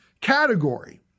category